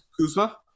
Kuzma